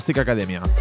Academia